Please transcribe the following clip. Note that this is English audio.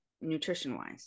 nutrition-wise